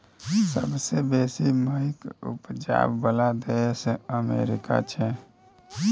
सबसे बेसी मकइ उपजाबइ बला देश अमेरिका छै